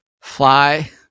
fly